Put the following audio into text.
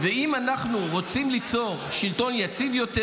ואם אנחנו רוצים ליצור שלטון יציב יותר,